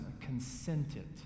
consented